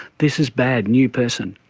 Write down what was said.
this is bad, new person.